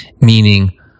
meaning